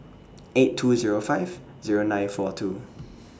eight two Zero five Zero nine four two